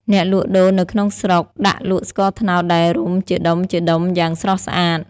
អ្នកលក់ដូរនៅក្នុងស្រុកដាក់លក់ស្ករត្នោតដែលរុំជាដុំៗយ៉ាងស្រស់ស្អាត។